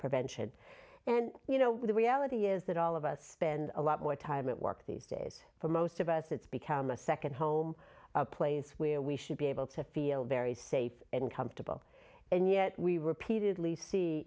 prevention and you know the reality is that all of us spend a lot more time at work these days for most of us it's become a second home a place where we should be able to feel very safe and comfortable and yet we repeatedly see